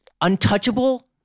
Untouchable